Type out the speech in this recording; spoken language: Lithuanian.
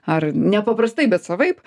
ar ne paprastai bet savaip